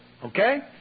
Okay